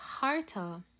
Harta